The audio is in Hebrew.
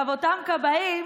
אותם כבאים